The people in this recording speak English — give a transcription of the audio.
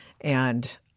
and-